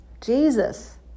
Jesus